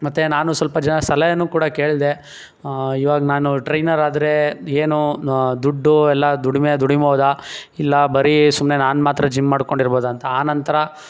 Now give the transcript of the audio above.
ಮತ್ತು ನಾನು ಸ್ವಲ್ಪ ಜನ ಸಲಹೇನು ಕೂಡ ಕೇಳಿದೆ ಇವಾಗ ನಾನು ಟ್ರೈನರ್ ಆದರೆ ಏನು ದುಡ್ಡು ಎಲ್ಲ ದುಡಿಮೆ ದುಡೀಬೋದಾ ಇಲ್ಲ ಬರೀ ಸುಮ್ಮನೆ ನಾನು ಮಾತ್ರ ಜಿಮ್ ಮಾಡಿಕೊಂಡಿರ್ಬೋದಾ ಅಂತ ಆ ನಂತರ